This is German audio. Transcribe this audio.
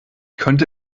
könnte